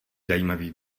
zajímavých